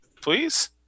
Please